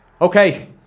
Okay